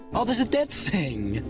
oh, there's a dead thing!